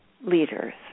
leaders